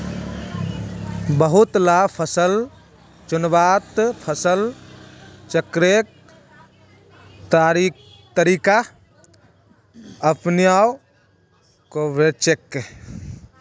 बहुत ला फसल चुन्वात फसल चक्रेर तरीका अपनुआ कोह्चे